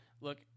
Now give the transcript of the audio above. Look